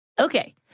Okay